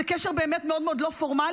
זה קשר באמת מאוד מאוד לא פורמלי,